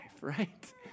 right